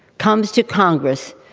comes to congress.